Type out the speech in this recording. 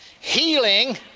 healing